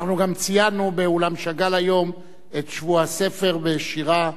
אנחנו גם ציינו באולם שאגאל היום את שבוע הספר בשירה,